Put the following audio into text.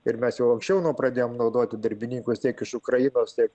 ir mes jau anksčiau nu pradėjom naudoti darbininkus tiek iš ukrainos tiek